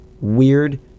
weird